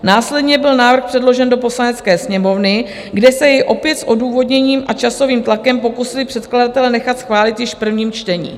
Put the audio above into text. Následně byl návrh předložen do Poslanecké sněmovny, kde se jej opět s odůvodněním a časovým tlakem pokusili předkladatelé nechat schválit již v prvním čtení.